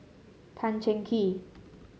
Tan Cheng Kee